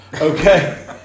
okay